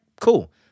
cool